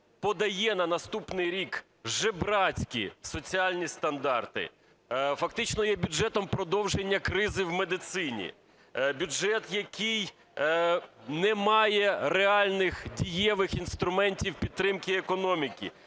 подає на наступний рік жебрацькі соціальні стандарти, фактично є бюджетом продовження кризи в медицині, бюджет, який не має реальних дієвих інструментів підтримки економіки;